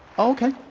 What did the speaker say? okay